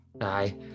aye